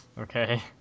Okay